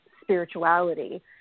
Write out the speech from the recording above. spirituality